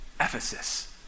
Ephesus